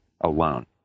alone